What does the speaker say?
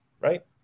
right